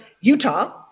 Utah